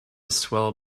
swell